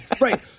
Right